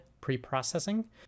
pre-processing